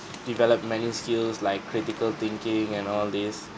developed many skills like critical thinking and all this